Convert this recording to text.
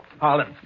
Harlan